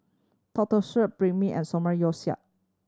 Banh Mi and Samgeyopsal